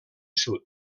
sud